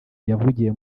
yavugiye